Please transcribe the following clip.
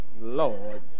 Lord